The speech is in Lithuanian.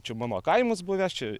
čia mano kaimas buvęs čia